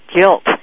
guilt